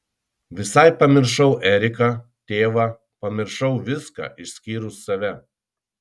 visai pamiršau eriką tėvą pamiršau viską išskyrus save